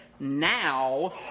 now